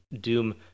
Doom